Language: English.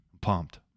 Pumped